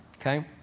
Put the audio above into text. okay